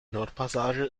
nordpassage